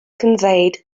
conveyed